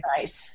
Nice